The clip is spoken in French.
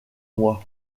moi